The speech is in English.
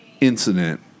incident